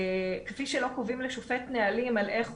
כפי שלא קובעים לשופט נהלים על איך